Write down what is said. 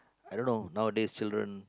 I don't know nowadays children